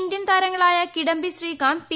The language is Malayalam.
ഇന്ത്യൻ താരങ്ങളായ കിടംബി ശ്രീക്കാത്ത് പി